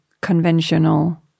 conventional